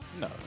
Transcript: No